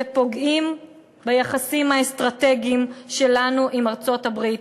ופוגעים ביחסים האסטרטגיים שלנו עם ארצות-הברית.